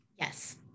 Yes